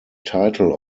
title